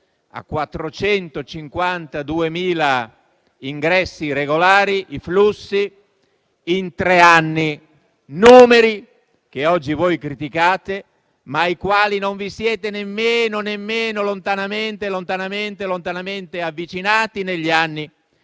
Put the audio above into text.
a 452.000 ingressi regolari i flussi in tre anni, numeri che oggi voi criticate, ma ai quali non vi siete nemmeno lontanamente avvicinati negli anni